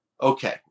Okay